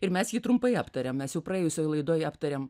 ir mes jį trumpai aptarėm mes jau praėjusioj laidoj aptarėm